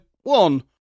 one